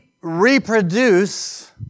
reproduce